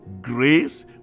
Grace